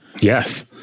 Yes